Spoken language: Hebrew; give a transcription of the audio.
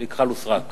בלי כחל ושרק.